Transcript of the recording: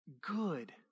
good